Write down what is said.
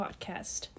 podcast